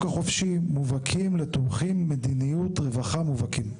החופשי מובהקים לתומכים מדיניות רווחה מובהקים.